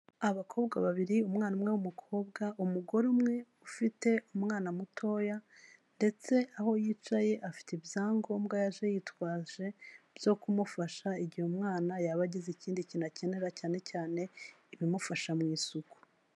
Abakobwa babiri, umwana umwe w'umukobwa, umugore umwe ufite umwana mutoya, ndetse aho yicaye afite ibyangombwa yaje yitwaje byo kumufasha igihe umwana yaba agize ikindi kintu akenera cyane cyane ibimufasha mu isuku.